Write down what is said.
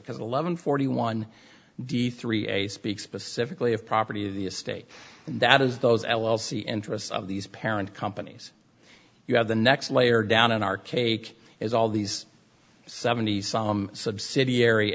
because eleven forty one d three a speak specifically of property of the estate and that is those l l c interests of these parent companies you have the next layer down in our cake is all these seventy some subsidiary